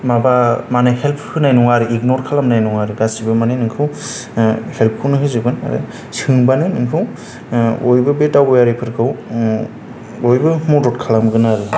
help होना नङा आरो इगनर खालामननाय नङा आरो गासिबो नोंखौ हेलपखौनो होजोबगोन सोंबानो नोंखौ बे दावबायारिफोरखौ बयबो मदद खालामगोन आरो